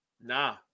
Nah